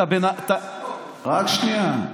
רק שנייה.